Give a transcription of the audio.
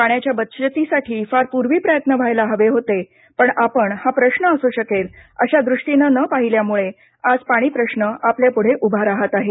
पाण्याच्या बचतीसाठी फार पूर्वी प्रयत्न व्हायला हवे होते पण आपण हा प्रश्न असू शकेल अश्या दृष्टीनं नं पाह्ल्यामुळे आज पाणी प्रश्न आपल्यापुढे उभा रहात आहे